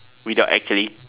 without actually